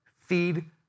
feed